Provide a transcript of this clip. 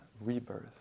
rebirth